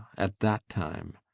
at that time!